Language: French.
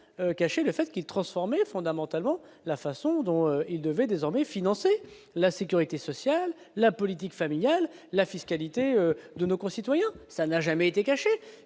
caché le fait qu'il transformer fondamentalement la façon dont il devait désormais financer la Sécurité sociale, la politique familiale, la fiscalité, de nos concitoyens, ça n'a jamais été caché,